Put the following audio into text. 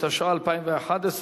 התשע"א 2011,